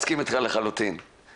לחלוטין מסכים אתך.